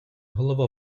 голова